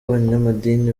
abanyamadini